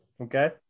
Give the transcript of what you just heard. Okay